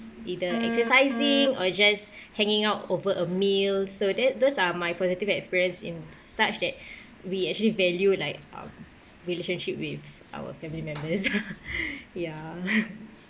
either exercising or just hanging out over a meal so that those are my positive experience in such that we actually value like um relationship with our family members ya